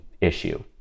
issue